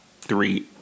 three